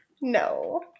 No